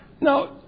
Now